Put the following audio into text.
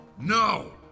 No